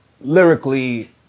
lyrically